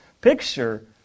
picture